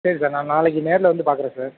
சரி சார் நான் நாளைக்கு நேரில் வந்து பார்க்குறேன் சார்